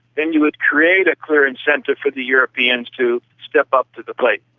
then you would create a clear incentive for the europeans to step up to the plate.